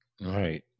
Right